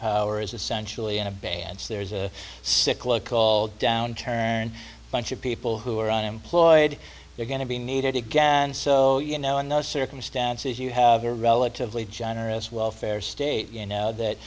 power is essentially in a bad there's a cyclo call downturn bunch of people who are unemployed they're going to be needed again so you know in those circumstances you have a relatively generous welfare state you know that